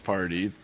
Party